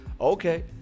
okay